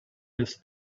this